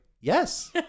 Yes